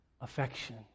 Affection